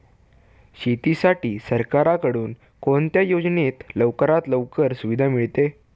शेतीसाठी सरकारकडून कोणत्या योजनेत लवकरात लवकर सुविधा मिळते?